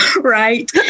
right